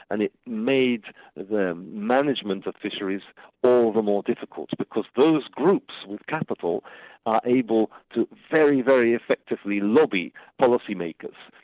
and it made the management of fisheries all the more difficult, because those groups with capital are able to very, very effectively, lobby policymakers.